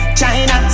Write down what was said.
China